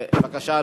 בבקשה,